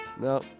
No